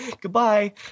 Goodbye